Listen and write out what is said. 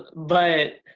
but